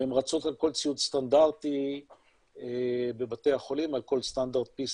והן רצות על כל ציוד סטנדרטי בבתי החולים על כל סטנדרט PCR,